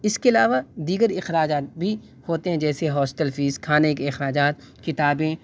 اس کے علاوہ دیگر اخراجات بھی ہوتے ہیں جیسے ہاستل فیس کھانے کے اخراجات کتابیں